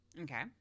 Okay